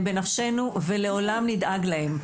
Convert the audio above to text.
הם בנפשנו ולעולם נדאג להם.